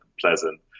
pleasant